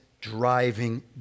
driving